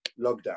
lockdown